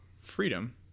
freedom